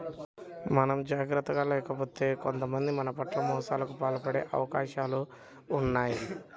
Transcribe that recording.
మనం జాగర్తగా లేకపోతే కొంతమంది మన పట్ల మోసాలకు పాల్పడే అవకాశాలు ఉన్నయ్